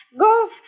Go